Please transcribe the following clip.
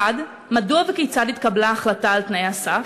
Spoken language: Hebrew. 1. מדוע וכיצד התקבלה החלטה על תנאי הסף?